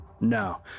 No